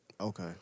Okay